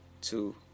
two